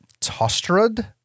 Tostrad